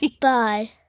Bye